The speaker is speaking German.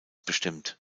bestimmt